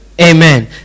Amen